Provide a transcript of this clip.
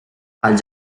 els